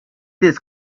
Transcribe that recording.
this